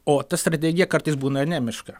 o ta strategija kartais būna anemiška